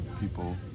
people